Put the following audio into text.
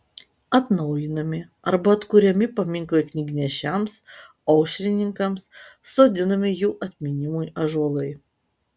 atnaujinami arba atkuriami paminklai knygnešiams aušrininkams sodinami jų atminimui ąžuolai